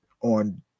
on